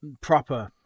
proper